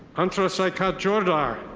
antra sicat jordar.